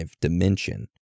dimension